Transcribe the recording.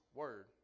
word